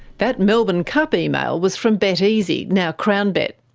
that melbourne cup email was from beteasy, now crownbet.